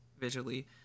visually